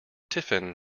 tiffin